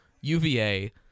UVA